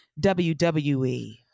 WWE